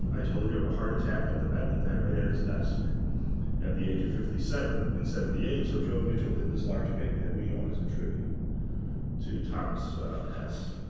i told you, of a heart attack at the met. he died right at his desk at the age of fifty seven in seventy eight. so joan mitchell did this large painting that we own as a tribute to thomas hess.